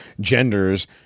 genders